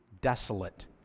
desolate